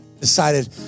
decided